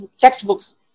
textbooks